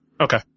okay